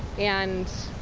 and